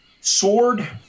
sword